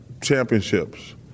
championships